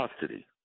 custody